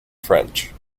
french